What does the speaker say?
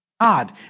God